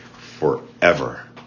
forever